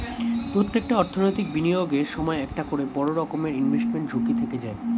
প্রত্যেকটা অর্থনৈতিক বিনিয়োগের সময় একটা করে বড় রকমের ইনভেস্টমেন্ট ঝুঁকি থেকে যায়